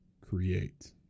create